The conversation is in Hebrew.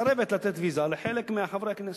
מסרבת לתת ויזה לחלק מחברי הכנסת.